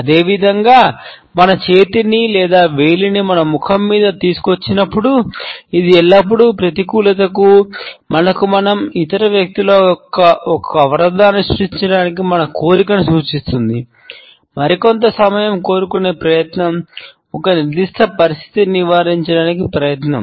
అదేవిధంగా మన చేతిని లేదా వేలిని మన ముఖం మీదుగా తీసుకువచ్చినప్పుడు ఇది ఎల్లప్పుడూ ప్రతికూలతకు మనకు మరియు ఇతర వ్యక్తుల మధ్య ఒక అవరోధాన్ని సృష్టించాలనే మన కోరికను సూచిస్తుంది మరికొంత సమయం కోరుకునే ప్రయత్నం ఒక నిర్దిష్ట పరిస్థితిని నివారించడానికి ప్రయత్నం